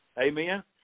Amen